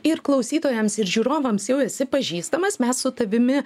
ir klausytojams ir žiūrovams jau esi pažįstamas mes su tavimi